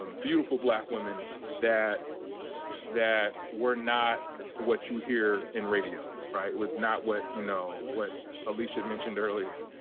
um beautiful black women that that were not what you hear in radio, right? was not what you know what alicia mentioned earlier.